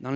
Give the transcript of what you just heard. dans